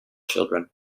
children